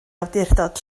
awdurdod